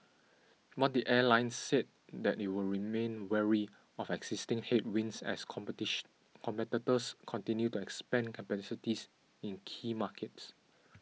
but the airline said that it would remained wary of existing headwinds as competitors continue to expand capacities in key markets